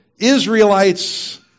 Israelites